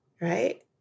right